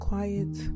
quiet